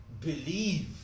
believe